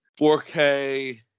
4K